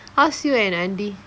how's you and Andy